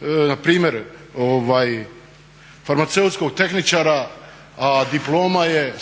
npr. farmaceutskog tehničara, a diploma je